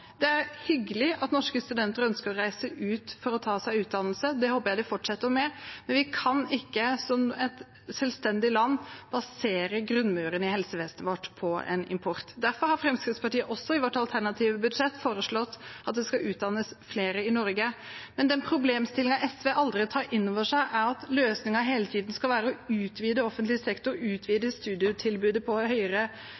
Det er hyggelig at norske studenter ønsker å reise ut for å ta seg utdannelse, det håper jeg de fortsetter med, men vi kan ikke som et selvstendig land basere grunnmuren i helsevesenet vårt på en import. Derfor har Fremskrittspartiet også i sitt alternative budsjett foreslått at det skal utdannes flere i Norge. Den problemstillingen SV aldri tar inn over seg, er at løsningen hele tiden skal være å utvide offentlig sektor, utvide studietilbudet på universiteter og